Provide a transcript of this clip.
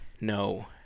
No